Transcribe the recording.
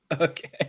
Okay